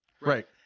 right